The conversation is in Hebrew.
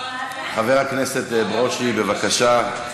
חבר הכנסת ברושי, בבקשה.